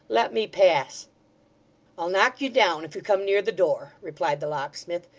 let me pass i'll knock you down if you come near the door replied the locksmith.